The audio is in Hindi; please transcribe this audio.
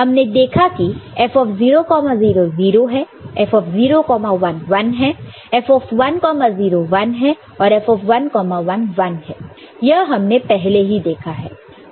हमने देखा कि F 00 0 है F 01 1 है F 10 1 है और F 11 1 है यह हमने पहले ही देखा है